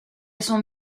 son